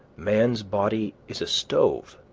man's body is a stove,